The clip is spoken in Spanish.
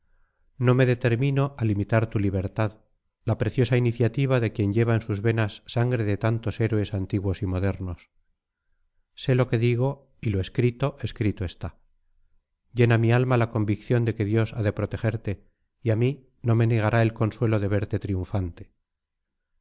no me determino a limitar tu libertad la preciosa iniciativa de quien lleva en sus venas sangre de tantos héroes antiguos y modernos sé lo que digo y lo escrito escrito está llena mi alma la convicción de que dios ha de protegerte y a mí no me negará el consuelo de verte triunfante